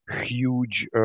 huge